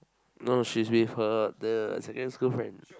no no she's with her the secondary school friend